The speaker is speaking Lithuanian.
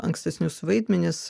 ankstesnius vaidmenis